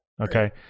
Okay